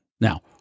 Now